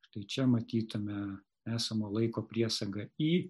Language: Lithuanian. štai čia matytume esamo laiko priesagą i